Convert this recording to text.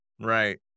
right